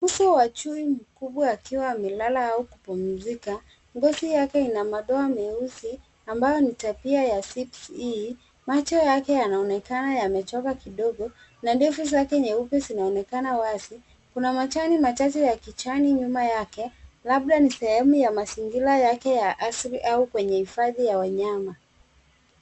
Uso wa chui mkubwa akiwa amelala au kupumzika. Ngozi yake ina madoa meusi ambayo ni tabia ya sips-e macho yake yanaonekana yamechoka kidogo na ndefu zake nyeupe zinaonekana wazi. Kuna machani machache ya kichani nyuma yake labda ni sehemu ya mazingira yake ya asili au kwenye hifadhi ya wanyama.